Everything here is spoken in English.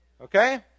Okay